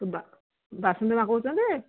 ତ ବା ବାସନ୍ତି ମା' କହୁଛନ୍ତି